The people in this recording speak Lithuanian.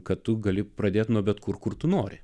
kad tu gali pradėti nuo bet kur kur tu nori